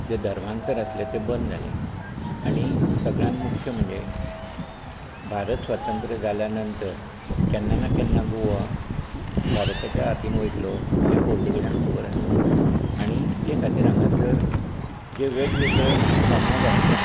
जें धर्मांतर आसलें ते बंद जाले आनी सगळ्यांत मुख्य म्हणजे भारत स्वतंत्र जाल्या नंतर केन्ना ना केन्ना गोवा भारताच्या हातींत वयतलो हे पुर्तुगीजांक खबर आसली आनी ते खातीर हांगासर जे वेगवेगळे समाज आसले